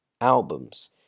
albums